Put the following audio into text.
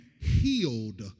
healed